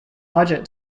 budget